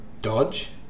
dodge